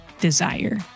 desire